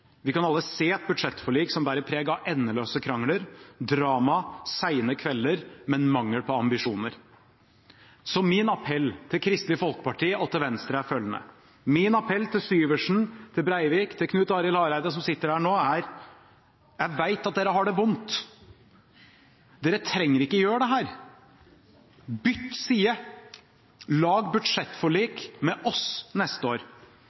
Vi kan alle se et budsjettforlik som bærer preg av endeløse krangler, drama, sene kvelder, men mangel på ambisjoner. Så min appell til Kristelig Folkeparti og Venstre er følgende – min appell til Syversen, Breivik og Knut Arild Hareide, som sitter her nå, er: Jeg vet at dere har det vondt. Dere trenger ikke å gjøre dette. Bytt side. Lag budsjettforlik med oss neste år